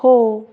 हो